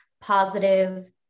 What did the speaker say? positive